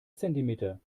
zentimeter